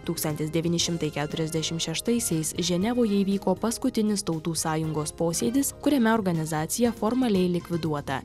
tūkstantis devyni šimtai keturiasdešim šeštaisiais ženevoje įvyko paskutinis tautų sąjungos posėdis kuriame organizacija formaliai likviduota